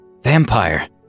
vampire